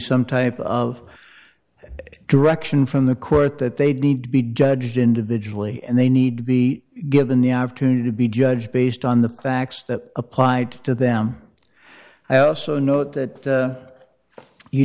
some type of direction from the court that they need to be judged individually and they need to be given the opportunity to be judged based on the facts that applied to them i also note that